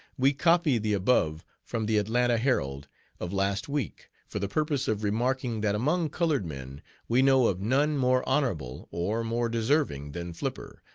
we copy the above from the atlanta herald of last week, for the purpose of remarking that among colored men we know of none more honorable or more deserving than flipper,